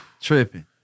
Tripping